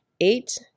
eight